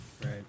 Right